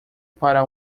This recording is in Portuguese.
para